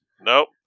Nope